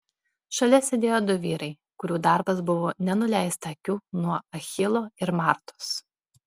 šalia sėdėjo du vyrai kurių darbas buvo nenuleisti akių nuo achilo ir martos